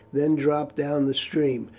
then dropped down the stream,